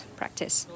practice